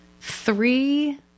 three